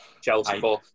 Chelsea